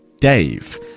dave